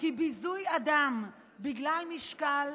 כי ביזוי אדם בגלל משקל,